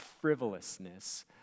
frivolousness